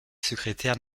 secrétaire